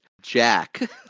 Jack